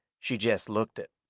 she jest looked it.